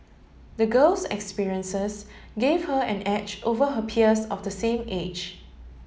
the girl's experiences gave her an edge over her peers of the same age